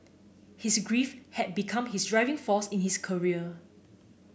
his grief had become his driving force in his career